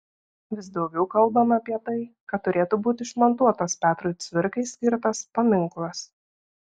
vis daugiau kalbama apie tai kad turėtų būti išmontuotas petrui cvirkai skirtas paminklas